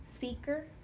seeker